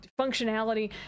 functionality